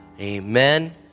Amen